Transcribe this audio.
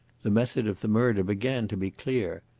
the method of the murder began to be clear.